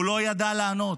והוא לא ידע לענות.